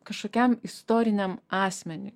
kažkokiam istoriniam asmeniui